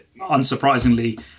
unsurprisingly